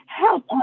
help